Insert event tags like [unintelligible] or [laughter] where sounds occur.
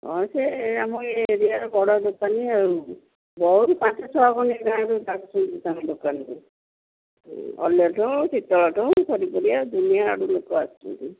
ହଁ ସେ ଆମ ଏରିଆର ବଡ଼ ଦୋକାନୀ ଆଉ ବହୁ ପାଞ୍ଚ ଛଅ ଆଡୁ ଗାଁ'ରୁ ତମ ଦୋକାନକୁ [unintelligible] ଠୁ ସରିପରିଆ ଦୁନିଆଁ ଆଡ଼ୁ ଲୋକ ଆସୁଛନ୍ତି